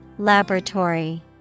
Laboratory